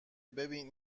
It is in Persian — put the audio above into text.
ببین